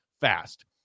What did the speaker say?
fast